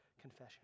confession